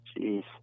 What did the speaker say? Jeez